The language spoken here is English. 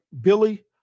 Billy